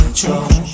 control